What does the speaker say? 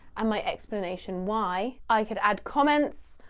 um my explanation why. i could add comments,